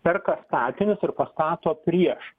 perka statinius ir pastato prieš